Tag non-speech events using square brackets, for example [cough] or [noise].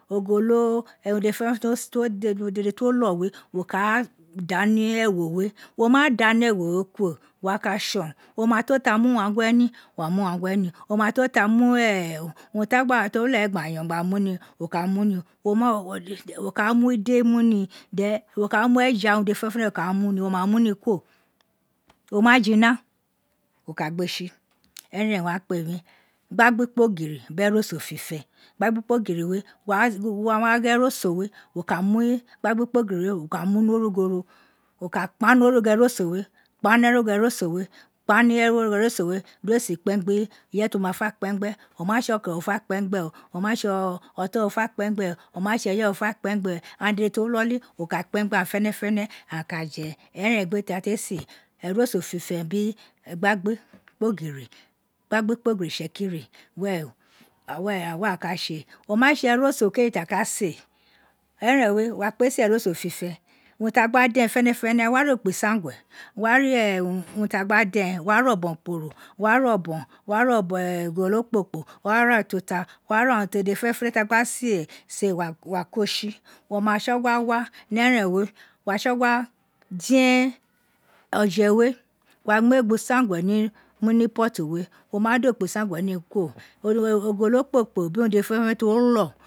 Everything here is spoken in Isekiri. Ogob urun dede [unintelligible] ti wo lo wo wo ka ra da ni ewo we wo ma daa ni ewo we kuro, wo wa ka tson, o ma to ti a mu uwan gwe ni wo wa mu uwangu ni, o ma to ti a mu [hesitation] urun to gba a you gba mu ni no ka mu ni [hesitation] wo ka a mu ide mu ni then wo ka a mueja unu dede fenefene wo ka a mu ni, wo ma mu ni kuro, o ma jina wo ka gbe tsi, enen wa kpe wun gbagbikpoghi biri eroso fifen, gbagbikpogin we wa [hesitation] gha eroso wei wo ka igbagbikpogin we wo ka mu ni origho ro, wo ka kpan ni origho eroso we kpan ni origho eroso we di we si kpen gbe ireye ti wo ma fe kpen gbe, o ma tse oko re wo me fe kpen gbe oio ma tse oton re wo fe kpen gbe o, o ma tse eya wo fe kpen gben aghan dede ti o wi iloli wo ka kpen gbe aghan dede fenefene aghan ka je, eren egbe ti a te se eroso fifen biri gbagba ikpogin itsekiri [hesitation] were a ka tse o ma tse eroso okeeji tis a ka se eren we wo wa kpe se eroso fifen, urun ti a gba den fenefene, wo wa ra ekpo isangue wo wa ra [hesitation] ti a gba den wo wa ro obon kporo wo wa ne obon, wa ro bon, wo wa ra [hesitation] ogolo kporokporo wo wa ra ututa, wo wa ra urun dede fenefene ti a gba se [hesitation] wo wa ko tsi, wo ma tsogua wa ni eren we, wo wa tso gua den oje we wo mu ekpo isan ghe ni mu ni ikpotu we, wo ma ba ekpo isanghe we mu ni kuro [hesitation] ogolo kpokporo biri urun dede fe̱nefe̱ne̱ ti wo lo.